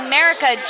America